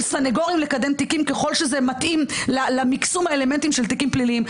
סניגורים לקדם תיקים ככל שזה מתאים למיקסום האלמנטים של תיקים פליליים.